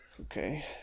Okay